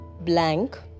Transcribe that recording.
blank